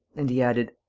and he added,